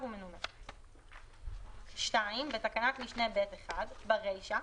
ומנומקת."; בתקנת משנה (ב1) ברישה,